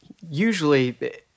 Usually